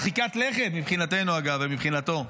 מרחיקת לכת מבחינתנו ומבחינתו,